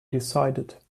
decided